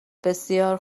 بسیار